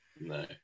no